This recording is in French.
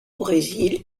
brésil